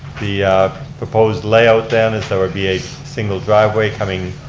the proposed layout then, is there would be a single driveway coming